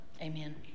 Amen